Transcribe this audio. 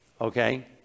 okay